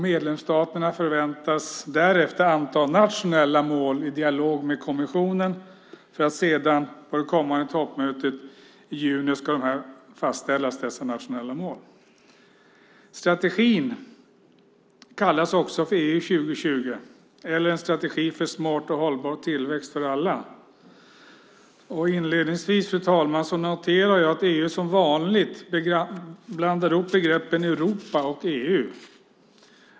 Medlemsstaterna förväntas därefter anta nationella mål i dialog med kommissionen för att sedan på det kommande toppmötet i juni fastställa dessa nationella mål. Strategin kallas också EU 2020 eller En strategi för smart och hållbar tillväxt för alla. Inledningsvis noterar jag att EU som vanligt blandar ihop begreppen Europa och EU.